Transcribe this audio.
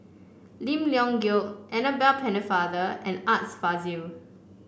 Lim Leong Geok Annabel Pennefather and Art Fazil